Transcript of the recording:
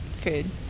food